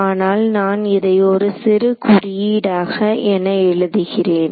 ஆனால் நான் இதை ஒரு சிறு குறியீடாக என எழுதுகிறேன்